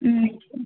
ம்